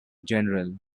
general